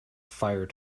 fire